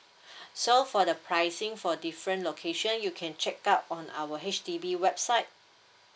so for the pricing for different location you can check up on our H_D_B website